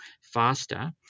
faster